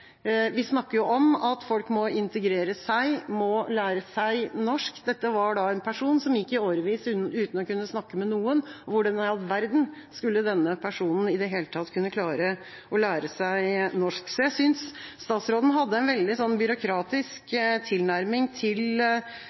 Vi snakker jo om at folk må integreres, at de må lære seg norsk. Dette var da en person som gikk i årevis uten å kunne snakke med noen. Hvordan i all verden skulle denne personen i det hele tatt kunne klare å lære seg norsk? Så jeg synes statsråden hadde en veldig byråkratisk tilnærming til